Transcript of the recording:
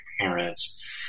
parents